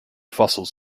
fossils